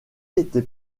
été